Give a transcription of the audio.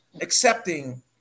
accepting